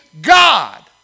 God